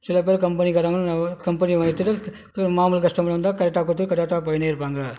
சில பேர் கம்பெனிகாரங்க கம்பெனி மாமூல் கஸ்டமர் வந்தால் கரெக்டாக கொடுத்து கரெக்டாக போயிடேருப்பாங்க